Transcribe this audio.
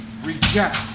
reject